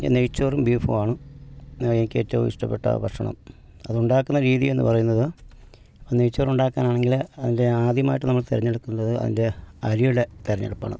നെയ്ച്ചോറും ബീഫും ആണ് എനിക്ക് ഏറ്റവും ഇഷ്ടപെട്ട ഭക്ഷണം അത് ഉണ്ടാക്കുന്ന രീതി എന്ന് പറയുന്നത് നെയ്ച്ചോറ് ഉണ്ടാക്കാനാണെങ്കിൽ അതിൻ്റെ ആദ്യമായിട്ട് നമ്മൾ തിരഞ്ഞെടുക്കേണ്ടത് അതിൻ്റെ അരിയുടെ തിരഞ്ഞെടുപ്പാണ്